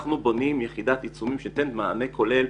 בונים יחידת עיצומים שתיתן מענה כולל.